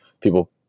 people